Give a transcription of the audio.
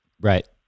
Right